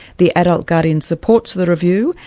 the adult guardian supports the review,